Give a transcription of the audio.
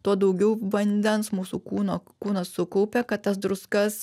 tuo daugiau vandens mūsų kūno kūnas sukaupia kad tas druskas